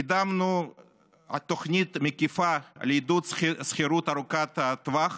קידמנו תוכנית מקיפה לעידוד שכירות ארוכת טווח